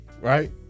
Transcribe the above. Right